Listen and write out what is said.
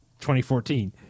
2014